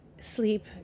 sleep